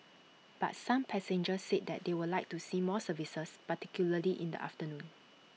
but some passengers said that they would like to see more services particularly in the afternoon